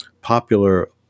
popular